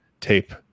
tape